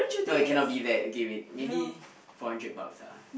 no it cannot be that okay wait maybe four hundred bucks ah